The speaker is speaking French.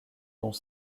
dont